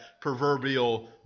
proverbial